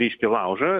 reiškia laužą